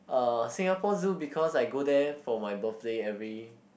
uh Singapore Zoo because I go there for my birthday every